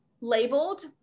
labeled